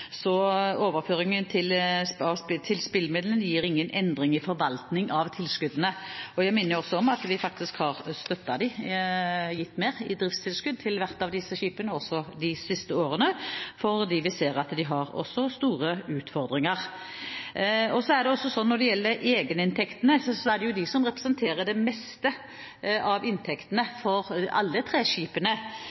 så overføring til spillemidlene gir ingen endring i forvaltningen av tilskuddene. Og jeg minner også om at vi faktisk har støttet dem, at vi har gitt mer i driftstilskudd til hvert av disse skipene også de siste årene, fordi vi ser at de har store utfordringer. Når det gjelder egeninntektene, så er det jo disse som representerer det meste av inntektene for alle